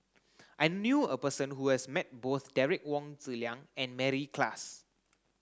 I knew a person who has met both Derek Wong Zi Liang and Mary Klass